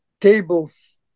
tables